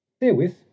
therewith